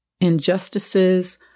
injustices